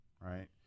Right